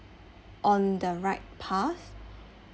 on the right path